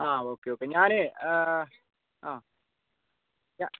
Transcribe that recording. ആ okay okay ഞാൻ ആ